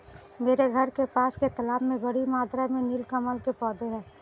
मेरे घर के पास के तालाब में बड़ी मात्रा में नील कमल के पौधें हैं